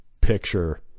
picture